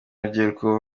rubyiruko